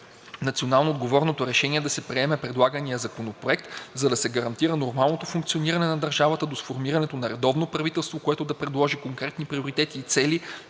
национално отговорното решение е да се приеме предлаганият законопроект, за да се гарантира нормалното функциониране на държавата до сформирането на редовно правителство, което да предложи конкретни приоритети и цели,